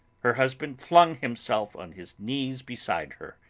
her husband flung himself on his knees beside her,